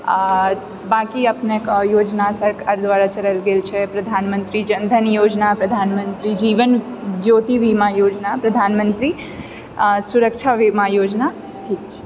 आ बांँकि अपनेकेँ योजना सरकार द्वारा चलाएल गेल छै प्रधानमंत्री जन धन योजना प्रधानमंत्री जीवन ज्योति बीमा योजना प्रधानमंत्री सुरक्षा बीमा योजना